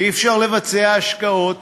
אי-אפשר לבצע השקעות,